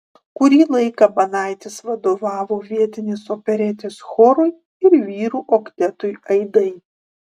kurį laiką banaitis vadovavo vietinės operetės chorui ir vyrų oktetui aidai